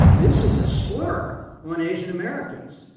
this is a slur on asian americans,